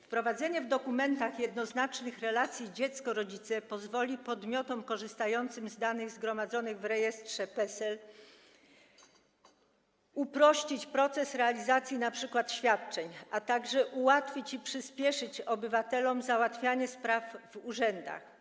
Wprowadzenie w dokumentach jednoznacznych relacji dziecko - rodzice pozwoli podmiotom korzystającym z danych zgromadzonych w rejestrze PESEL uprościć proces realizacji np. świadczeń, a także ułatwi i przyspieszy obywatelom załatwianie spraw w urzędach.